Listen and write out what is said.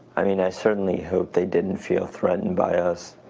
i mean, i certainly hope they didn't feel threatened by us.